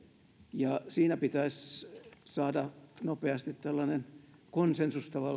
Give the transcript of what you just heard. ja siinä pitäisi saada nopeasti syntymään tällainen konsensus tavallaan